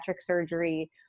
surgery